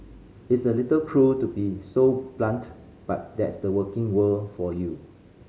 it's a little cruel to be so blunt but that's the working world for you